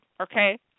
okay